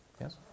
Yes